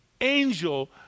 angel